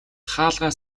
хаалгаа